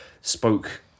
spoke